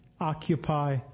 Occupy